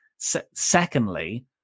Secondly